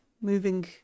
moving